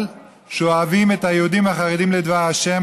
שאוהבים את היהודים החרדים לדבר השם,